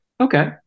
Okay